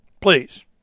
Please